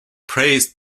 praised